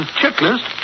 checklist